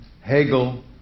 Hegel